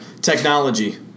Technology